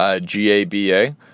G-A-B-A